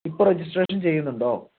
ഇപ്പോൾ രജിസ്ട്രേഷൻ ചെയ്യുന്നുണ്ടോ